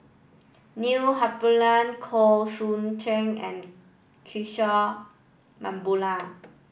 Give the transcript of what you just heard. Neil Humphreys Khoo Swee Chiow and Kishore Mahbubani